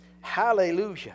Hallelujah